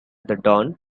dawn